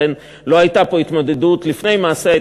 לכן לא הייתה פה התמודדות לפני מעשה.